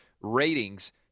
ratings